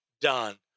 done